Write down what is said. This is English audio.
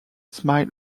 smile